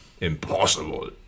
Impossible